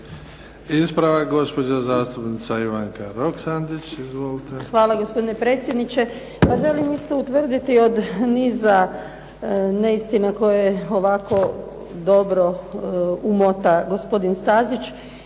Ispravak gospođa zastupnica Ivanka Roksandić. **Roksandić, Ivanka (HDZ)** Hvala gospodine predsjedniče. Pa želim isto utvrditi od niza neistina koje ovako dobro umota gospodin Stazić